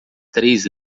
três